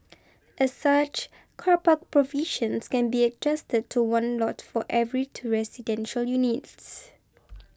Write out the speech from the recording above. as such car park provisions can be adjusted to one lot for every two residential units